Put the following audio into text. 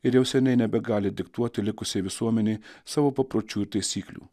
ir jau seniai nebegali diktuoti likusiai visuomenei savo papročių ir taisyklių